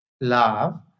love